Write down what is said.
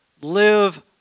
live